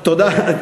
תודה רבה.